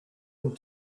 and